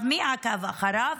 מי עקב אחריו,